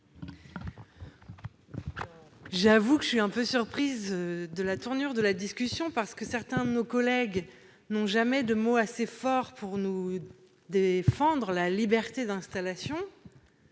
J'avoue que je suis un peu surprise de la tournure que prend cette discussion : certains collègues n'ont jamais de mots assez forts pour défendre la liberté d'installation